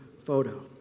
photo